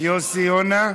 יוסי יונה.